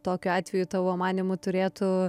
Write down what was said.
tokiu atveju tavo manymu turėtų